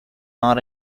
nor